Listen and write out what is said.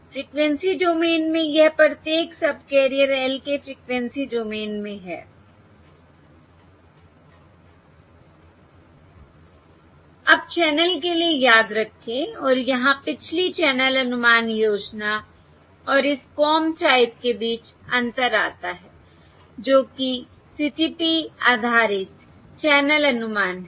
frequency domain में यह प्रत्येक सबकैरियर L के फ्रिकवेंसी डोमेन में हैI अब चैनल के लिए याद रखें और यहां पिछली चैनल अनुमान योजना और इस कॉम टाइप के बीच अंतर आता है जो कि CTP आधारित चैनल अनुमान है